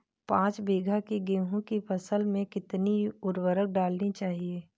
पाँच बीघा की गेहूँ की फसल में कितनी उर्वरक डालनी चाहिए?